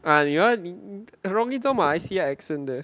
ah you want me 很容易做马来西亚 accent 的